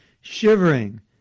shivering